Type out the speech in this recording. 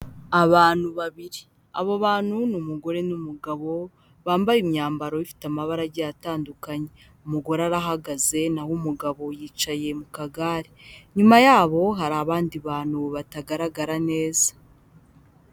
Abantu babiri, abo bantu ni umugore n'umugabo bambaye imyambaro ifite amabara agiye atandukanye. Umugore arahagaze, naho umugabo yicaye mu kagare, inyuma yabo hari abandi bantu batagaragara neza.